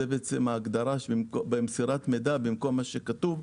זאת ההגדרה של מסירת מידע, במקום מה שכתוב.